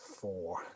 four